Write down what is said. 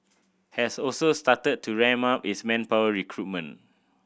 has also started to ramp up its manpower recruitment